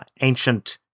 ancient